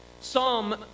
Psalm